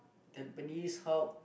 tampines Hub